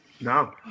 No